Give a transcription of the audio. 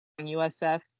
USF